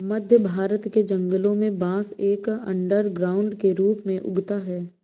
मध्य भारत के जंगलों में बांस एक अंडरग्राउंड के रूप में उगता है